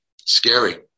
Scary